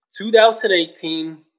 2018